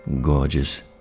gorgeous